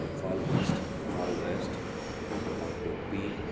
Imphal east Imphal west Kangpokpi